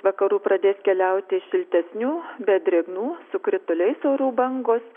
vakarų pradės keliauti šiltesnių bet drėgnų su krituliais orų bangos